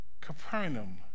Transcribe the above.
Capernaum